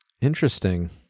Interesting